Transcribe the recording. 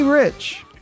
Rich